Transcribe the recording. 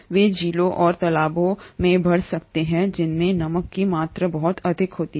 वे झीलों और तालाबों में बढ़ सकते हैं जिनमें नमक की मात्रा बहुत अधिक होती है